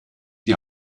die